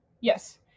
Yes